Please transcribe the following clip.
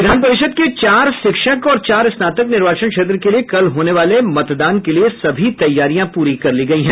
विधान परिषद के चार शिक्षक और चार स्नातक निर्वाचन क्षेत्र के लिये कल होने वाले मतदान के लिये सभी तैयारियां पूरी कर ली गयी हैं